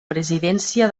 presidència